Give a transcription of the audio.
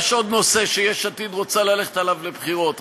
יש עוד נושא שיש עתיד רוצה ללכת עליו לבחירות,